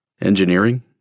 Engineering